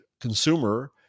consumer